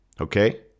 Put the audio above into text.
okay